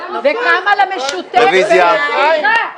ולכן אנחנו סבורים כי במקרה הזה בהחלט ניתן להעביר גם